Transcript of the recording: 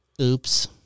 oops